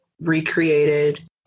recreated